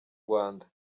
rwanda